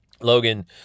Logan